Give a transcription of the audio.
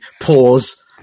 pause